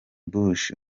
bush